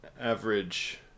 average